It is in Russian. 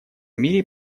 мире